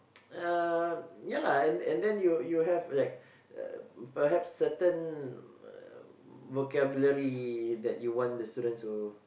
uh ya lah and then you you have like um perhaps certain um vocabulary that you wants the students to